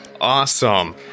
Awesome